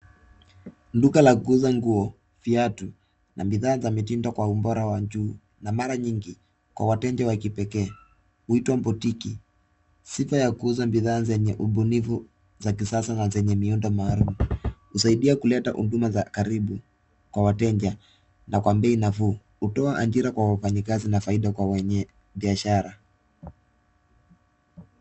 Duka la kuuza nguo, viatu na bidhaa za mitindo kwa ubora wa juu na mara nyingi kwa wateja wa kipekee huitwa botiki. Sifa za kuuza bidhaa za ubunifu za kisasa na zenye miundo maalum. Husaidia kuleta huduma za karibu kwa wateja na kwa bei nafuu. Hutoa ajira kwa wafanyikazi na faida kwa wenye biashara.